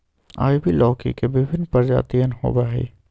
ivy लौकी के विभिन्न प्रजातियन होबा हई